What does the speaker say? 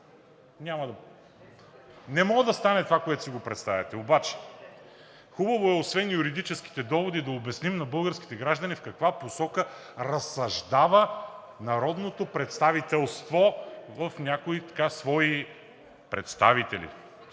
не може да стане това, което си го представяте. Обаче, хубаво е освен юридическите доводи, да обясним на българските граждани в каква посока разсъждава народното представителство в някои свои представители.